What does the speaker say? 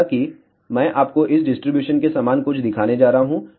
हालाँकि मैं आपको इस डिस्ट्रीब्यूशन के समान कुछ दिखाने जा रहा हूँ